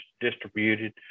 distributed